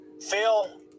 Phil